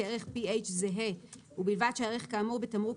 כערך PH זהה ובלבד שהערך כאמור בתמרוק